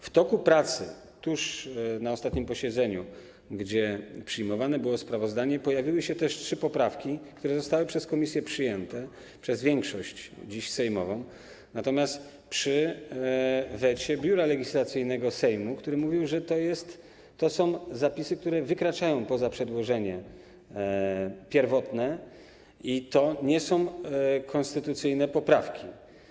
W toku pracy, na ostatnim posiedzeniu, gdzie przyjmowane było sprawozdanie, pojawiły się też trzy poprawki, które zostały przez komisję przyjęte, przez większość sejmową, natomiast przy wecie Biura Legislacyjnego Sejmu, które mówiło, że to są zapisy, które wykraczają poza przedłożenie pierwotne, i to nie są konstytucyjne poprawki.